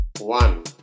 one